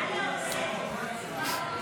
התשפ"ה 2024,